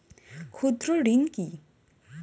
ক্ষুদ্র ঋণ কি?